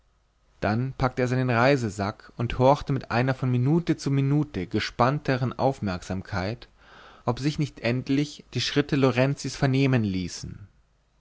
dann packte er seinen reisesack und horchte mit einer von minute zu minute gespannteren aufmerksamkeit ob sich nicht endlich die schritte lorenzis vernehmen ließen